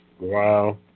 Wow